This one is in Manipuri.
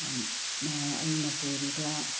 ꯑꯩꯅ ꯄꯨꯔꯤꯕ